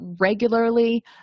regularly